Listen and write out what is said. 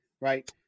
right